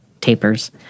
tapers